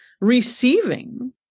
Receiving